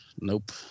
Nope